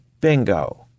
bingo